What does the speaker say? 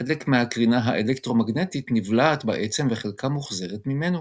חלק מהקרינה האלקטרומגנטית נבלעת בעצם וחלקה מוחזרת ממנו.